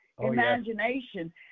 imagination